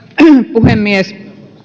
puhemies